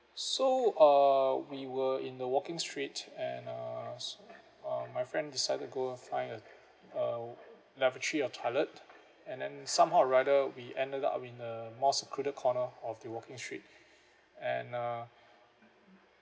so uh we were in the walking street and uh uh my friend decided to go and find a uh lavatory or toilet and then somehow or rather we ended up in a more secluded corner of the walking street and uh